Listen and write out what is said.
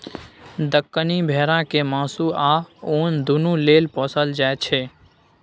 दक्कनी भेरा केँ मासु आ उन दुनु लेल पोसल जाइ छै